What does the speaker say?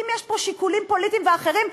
אם יש פה שיקולים פוליטיים ואחרים,